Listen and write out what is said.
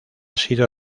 sido